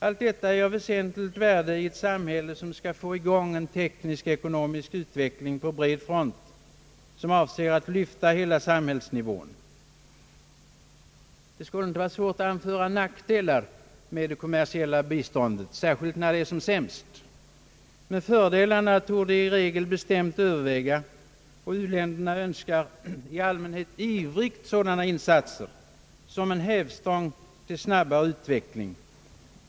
Allt detta är av väsentligt värde i ett samhälle som skall få i gång en teknisk-ekonomisk utveckling på bred front och som avser att lyfta hela samhällsnivån. Det skulle inte vara svårt att anföra nackdelar med det kommersiella biståndet, särskilt när det är som sämst, men fördelarna torde i regel bestämt överväga. U-länderna önskar i allmänhet ivrigt sådana insatser såsom en hävstång för snabbare utveckling.